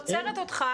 אבל אני עוצרת אותך,